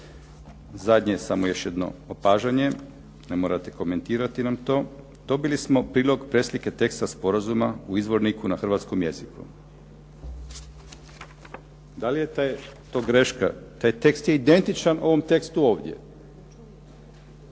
Zadnje samo još jedno opažanje, ne morate komentirati nam to. Dobili smo prilog preslike teksta sporazuma u izvorniku na hrvatskom jeziku. Da li je to greška? Taj tekst je identičan ovom tekstu ovdje.